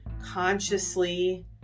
Consciously